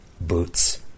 boots